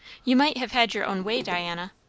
you might have had your own way, diana.